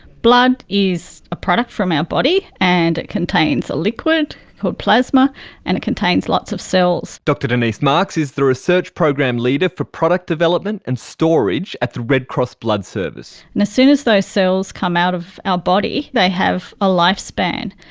blood is a product from our body and it contains a liquid called plasma and it contains lots of cells. dr denese marks is the research program leader for product development and storage at the red cross blood service. and as soon as those cells come out of our body they have a lifespan.